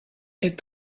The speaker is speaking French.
est